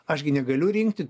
aš gi negaliu rinkti